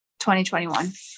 2021